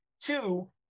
two